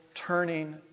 turning